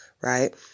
Right